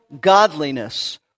godliness